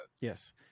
yes